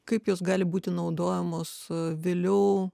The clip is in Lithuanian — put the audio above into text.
kaip jos gali būti naudojamos su viliu